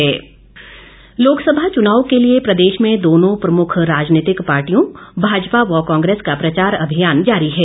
प्रचार लोकसभा चुनाव के लिए प्रदेश में दोनों प्रमुख राजनीतिक पाटियों भाजपा व कांग्रेस का प्रचार अभियान जारी है